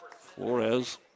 Flores